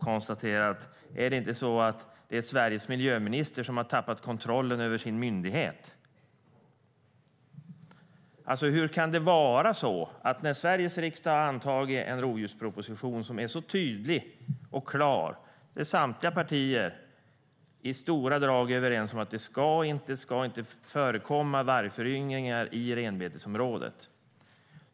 Är det inte så att Sveriges miljöminister har tappat kontrollen över sin myndighet? Hur kan det vara så här? Sveriges riksdag har antagit en rovdjursproposition som är tydlig och klar, där samtliga partier i stora drag är överens om att det inte ska förekomma vargföryngringar i renbetesområdet.